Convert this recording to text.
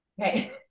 Okay